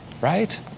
Right